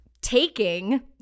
taking